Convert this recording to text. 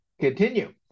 continue